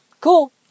cool